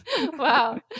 wow